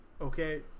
Okay